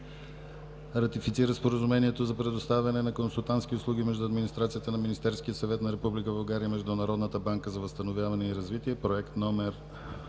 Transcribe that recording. Ратифицира Споразумението за предоставяне на консултантски услуги между администрацията на Министерския съвет на Република България и Международната банка за възстановяване и развитие (Проект №